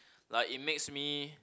like it makes me